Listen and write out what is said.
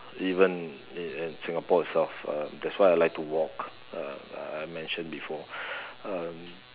even in Singapore itself um that's why I like to walk uh I mentioned before um